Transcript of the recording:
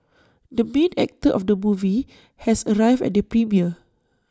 the main actor of the movie has arrived at the premiere